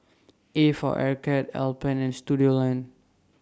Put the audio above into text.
A For Arcade Alpen and Studioline